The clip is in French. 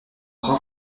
brun